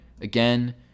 Again